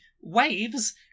waves